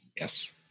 Yes